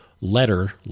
letter